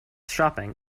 shopping